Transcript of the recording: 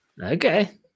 Okay